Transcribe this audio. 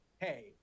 hey